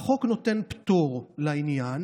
החוק נותן פטור לעניין.